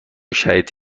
شهید